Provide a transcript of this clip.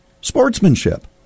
sportsmanship